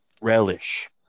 relish